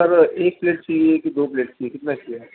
سر ایک پلیٹ چاہیے کہ دو پلیٹ چاہیے کتنا چاہیے